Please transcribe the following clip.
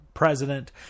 President